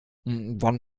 wann